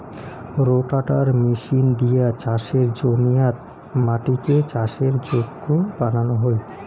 রোটাটার machine দিয়া চাসের জমিয়াত মাটিকে চাষের যোগ্য বানানো হই